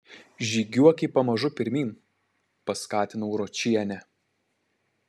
žygiuoki pamažu pirmyn paskatinau ročienę